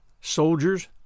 soldiers